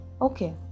Okay